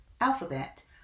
alphabet